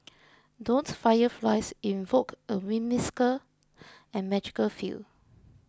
don't fireflies invoke a whimsical and magical feel